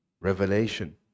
Revelation